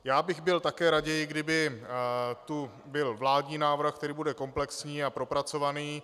Já bych byl také raději, kdyby tu byl vládní návrh, který bude komplexní a propracovaný.